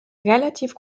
relativ